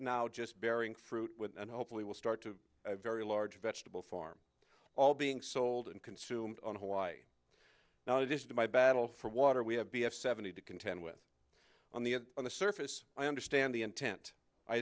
now just bearing fruit and hopefully will start to a very large vegetable farm all being sold and consumed on hawaii now in addition to my battle for water we have b f seventy to contend with on the on the surface i understand the intent i